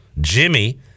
jimmy